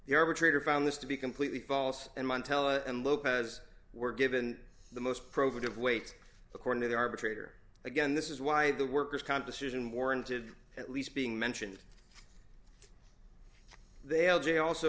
arbitrator found this to be completely false and montel and lopez were given the most provocative weights according to the arbitrator again this is why the workers comp decision warranted at least being mentioned they held a also